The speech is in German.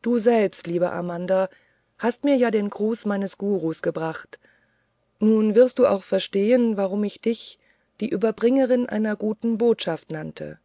du selber liebe amanda hast mir ja den gruß meines guru gebracht nun wirst du auch verstehen warum ich dich die überbringerin einer guten botschaft nannte